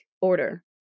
order